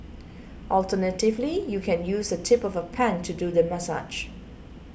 alternatively you can use the tip of a pen to do the massage